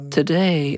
Today